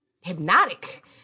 hypnotic